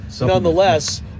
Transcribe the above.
nonetheless